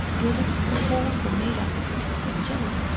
it was as if the whole were made up of a piece of jelly.